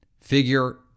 figure